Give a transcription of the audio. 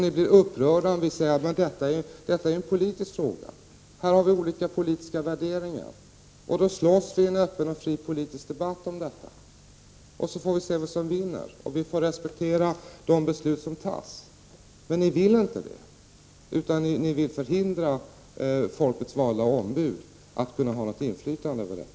Ni blir upprörda om vi säger att det är politisk fråga, där vi har olika politiska värderingar. Vi får slåss i en öppen, fri politisk debatt om detta, och så får vi se vem som vinner. Vi får respektera de beslut som fattas. Men det vill ni inte göra. Ni vill förhindra folkets valda ombud från att ha något inflytande över detta.